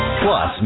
plus